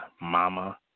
Mama